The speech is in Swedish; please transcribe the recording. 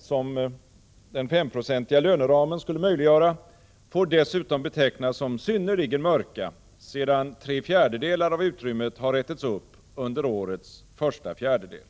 som den femprocentiga löneramen skulle möjliggöra får dessutom betecknas som synnerligen mörka sedan tre fjärdedelar av utrymmet har ätits upp under årets första fjärdedel.